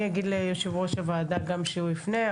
אני אגיד ליו"ר הוועדה גם שהוא יפנה,